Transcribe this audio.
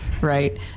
right